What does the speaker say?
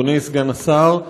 אדוני סגן השר,